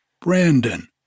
Brandon